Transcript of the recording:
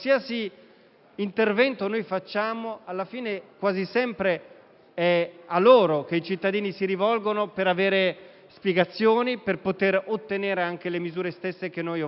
intervento noi facciamo, alla fine è quasi sempre a loro che i cittadini si rivolgono per avere spiegazioni, per poter accedere alle misure stesse che noi offriamo.